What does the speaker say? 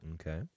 Okay